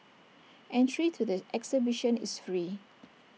entry to the exhibition is free